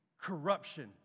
corruption